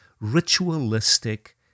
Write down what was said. ritualistic